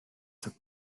took